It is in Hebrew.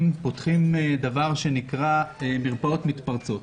את המרפאות המתפרצות